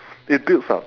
it builds up